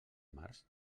març